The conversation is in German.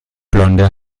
blonde